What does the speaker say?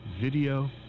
video